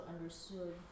understood